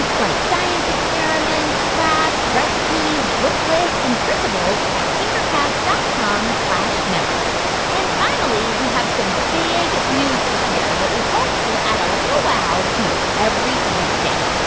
ah like science experiments, crafts, recipes, book lists and printables at tinkercast dot com slash members. and finally, we have some big news to share that we hope will add a little wow to you every weekday. ah